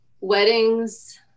weddings